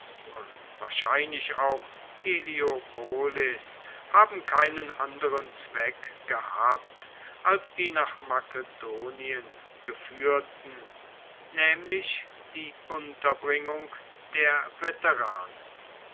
und wahrscheinlich auch heliopolis haben keinen anderen zweck gehabt als die nach makedonien geführten nämlich die unterbringung der veteranen